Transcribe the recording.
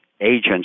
agents